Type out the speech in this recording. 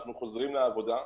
אנחנו חוזרים לעבודה.